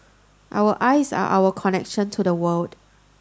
our eyes are our connection to the world